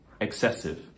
excessive